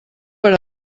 per